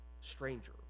stranger